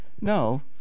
no